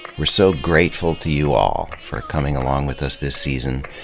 we're so grateful to you all for coming along with us this season,